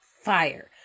fire